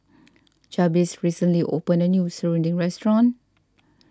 Jabez recently opened a new Serunding restaurant